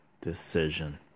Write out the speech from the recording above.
decision